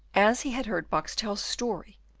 as he had heard boxtel's story,